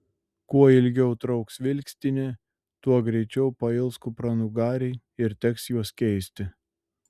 kuo ilgiau trauks vilkstinė tuo greičiau pails kupranugariai ir teks juos keisti